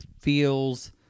feels